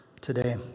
today